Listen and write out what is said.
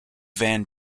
van